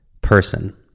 person